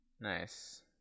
Nice